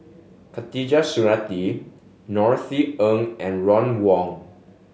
Khatijah Surattee Norothy Ng and Ron Wong